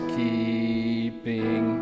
keeping